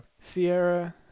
Sierra